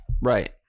Right